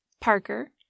Parker